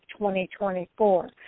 2024